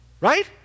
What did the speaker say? right